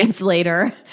later